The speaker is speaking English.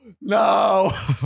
No